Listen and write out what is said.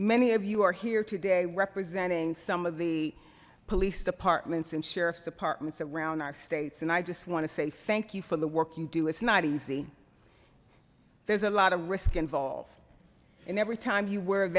many of you are here today representing some of the police departments and sheriff's departments around our state's and i just want to say thank you for the work you do it's not easy there's a lot of risk involved and every time you wear